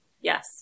Yes